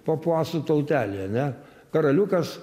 papuasų tautelė ane karaliukas